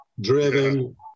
driven